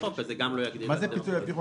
חוק אז זה גם לא יגדיל לו את מחזור העסקאות.